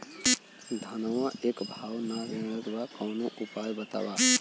धनवा एक भाव ना रेड़त बा कवनो उपाय बतावा?